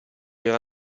era